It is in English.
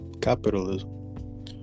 capitalism